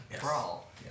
Brawl